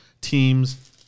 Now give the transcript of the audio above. teams